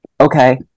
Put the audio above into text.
okay